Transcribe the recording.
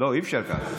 אי-אפשר ככה.